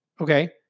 Okay